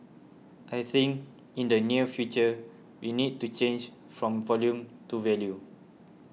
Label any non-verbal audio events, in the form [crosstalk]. I think in the near future we need to change from volume [noise] to value